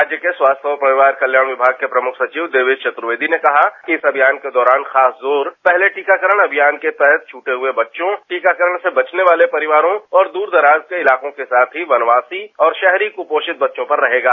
राज्य के स्वास्थ्य एवं परिवार कल्याण विभाग के प्रमुख सचिव देवेश चतुर्वेदी ने कहा कि इस अभियान के दौरान खास जोर पहले टीकाकरण अभियान के तहत छूटे हुए बच्चों टीकाकरण से बचने वाले परिवारों और दूरदराज के इलाकों के साथ ही वनवासी और शहरी कुपोषित बच्चों पर रहेगा